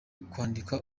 kwandika